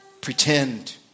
Pretend